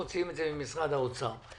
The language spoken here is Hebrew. מוציאים את זה ממשרד האוצר.